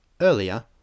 Earlier